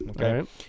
Okay